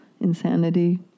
insanity